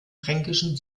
fränkischen